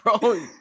Bro